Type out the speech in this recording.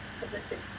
publicity